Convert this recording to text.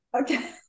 Okay